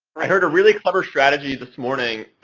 i heard a really clever strategy this morning.